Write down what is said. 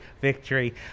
victory